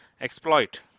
exploit